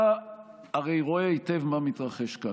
אתה הרי רואה היטב מה מתרחש כאן.